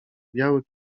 biały